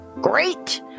great